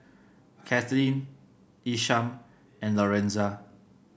Kathlene Isham and Lorenza